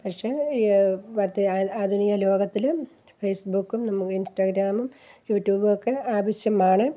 പക്ഷേ മറ്റു അ ആധുനിക ലോകത്തില് ഫേസ്ബുക്കും നമുക്ക് ഇൻസ്റ്റഗ്രാമും യൂട്യൂബൊക്കെ ആവശ്യമാണ്